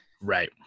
Right